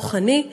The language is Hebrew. רוחאני,